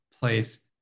place